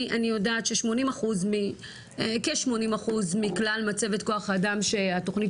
כי אני יודעת שכ-80% מכלל מצבת כוח האדם שהתוכנית